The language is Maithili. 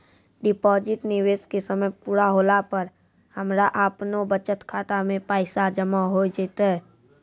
डिपॉजिट निवेश के समय पूरा होला पर हमरा आपनौ बचत खाता मे पैसा जमा होय जैतै?